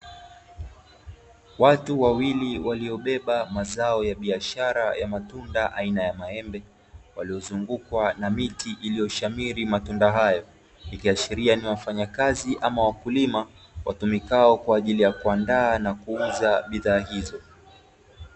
Watu wawili waliobeba mazao ya biashara ya matunda aina ya maembe, waliozungukwa na miti iliyoshamiri matunda hayo, ikiashiria ni wafanyakazi, ama wakulima watumikao kwa ajili ya kuandaa na kuuza bidhaa hizo.